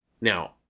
Now